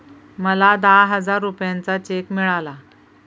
मला दहा हजार रुपयांचा चेक मिळाला